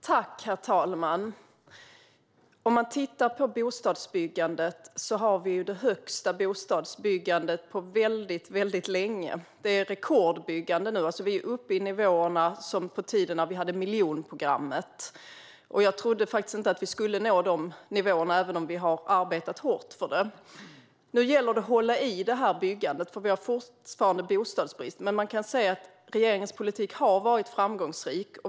Herr talman! Vi har nu det högsta bostadsbyggandet på väldigt länge. Det är ett rekordbyggande nu. Vi är uppe på samma nivåer som under den tid då miljonprogrammet byggdes. Jag trodde faktiskt inte att vi skulle nå de nivåerna, även om vi har arbetat hårt för det. Nu gäller det att hålla i det här byggandet, för vi har fortfarande bostadsbrist. Men man kan se att regeringens politik har varit framgångsrik.